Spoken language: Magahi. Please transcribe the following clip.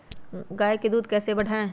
गाय का दूध कैसे बढ़ाये?